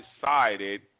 decided